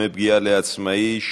דמי פגיעה לעצמאי),